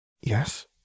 Yes